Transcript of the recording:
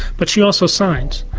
but she also signs,